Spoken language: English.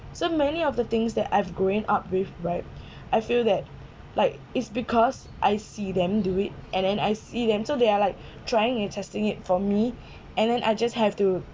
so many of the things that I've growing up with right I feel that like is because I see them do it and then I see them so they are like trying and testing it for me and then I just have to